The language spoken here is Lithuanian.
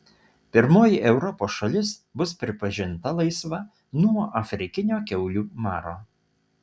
pirmoji europos šalis bus pripažinta laisva nuo afrikinio kiaulių maro